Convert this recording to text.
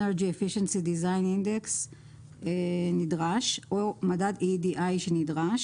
Energy efficiency design index נדרש או מדד EEDE שנדרש